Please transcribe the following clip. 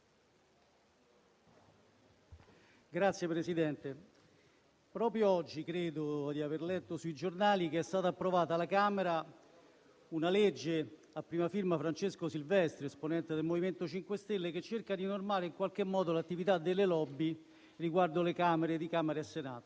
Signor Presidente, proprio oggi credo di aver letto sui giornali che è stata approvata alla Camera una legge, a prima firma Francesco Silvestri, esponente del MoVimento 5 Stelle, che cerca di normare in qualche modo l'attività delle lobby di Camera e Senato.